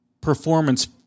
performance